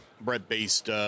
bread-based